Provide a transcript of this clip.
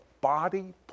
Body